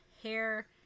hair